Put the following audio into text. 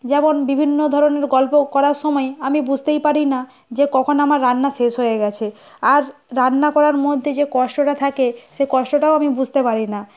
যেমন বিভিন্ন ধরনের গল্প করার সময় আমি বুঝতেই পারি না যে কখন আমার রান্না শেষ হয়ে গেছে আর রান্না করার মধ্যে যে কষ্টটা থাকে সে কষ্টটাও আমি বুঝতে পারি না